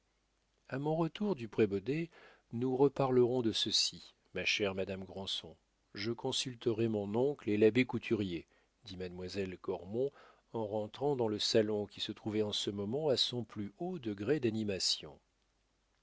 a mon retour du prébaudet nous reparlerons de ceci ma chère madame granson je consulterai mon oncle et l'abbé couturier dit mademoiselle cormon en rentrant dans le salon qui se trouvait en ce moment à son plus haut degré d'animation